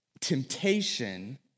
temptation